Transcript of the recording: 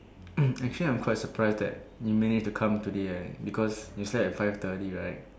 um actually I'm quite surprised that you managed to come today eh because you slept at five thirty right